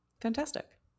Fantastic